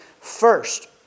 first